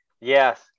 Yes